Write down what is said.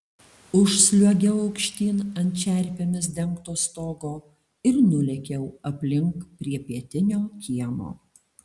užsliuogiau aukštyn ant čerpėmis dengto stogo ir nulėkiau aplink prie pietinio kiemo